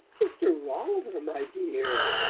mr. rolliver, my dear?